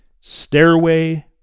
Stairway